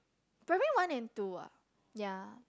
primary one and two ah ya